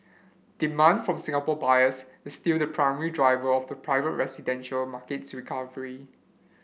demand from Singapore buyers is still the primary driver of the private residential market's recovery